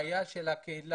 בעיה של הקהילה